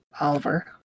Oliver